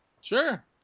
Sure